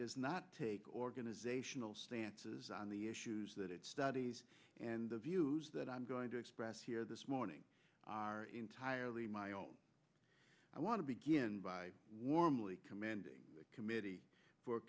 does not take organizational stances on the issues that it studies and the views that i'm going to express here this morning are entirely my own i want to begin by warmly commending the committee for